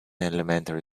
elementary